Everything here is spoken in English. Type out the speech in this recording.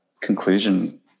conclusion